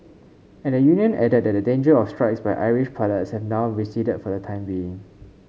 and the union added that the danger of strikes by Irish pilots had now receded for the time being